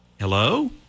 Hello